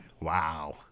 Wow